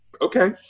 Okay